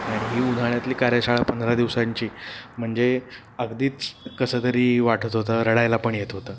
आणि ही उन्हाळ्यातली कार्यशाळा पंधरा दिवसांची म्हणजे अगदीच कसं तरी वाटत होतं रडायला पण येत होतं